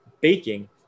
baking